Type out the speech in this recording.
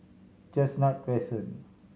Chestnut Crescent